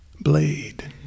Blade